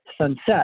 sunset